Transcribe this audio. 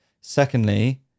Secondly